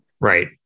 Right